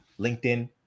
LinkedIn